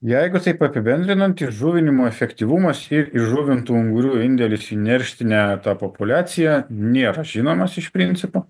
jeigu taip apibendrinant įžuvinimo efektyvumas ir įžuvintų ungurių indėlis į nerštinę tą populiaciją nėra žinomas iš principo